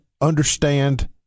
understand